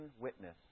witness